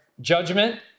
judgment